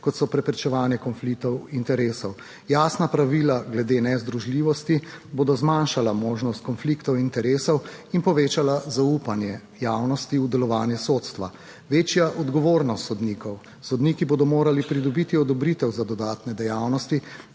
kot so preprečevanje konfliktov interesov. Jasna pravila glede nezdružljivosti bodo zmanjšala možnost konfliktov interesov in povečala zaupanje javnosti v delovanje sodstva. Večja odgovornost sodnikov, sodniki bodo morali pridobiti odobritev za dodatne dejavnosti,